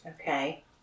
Okay